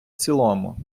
цілому